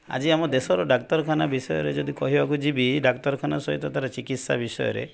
ଆଜି ଆମ ଦେଶର ଡାକ୍ତରଖାନା ବିଷୟରେ ଯଦି କହିବାକୁ ଯିବି ଡାକ୍ତରଖାନା ସହିତ ତାର ଚିକିତ୍ସା ବିଷୟରେ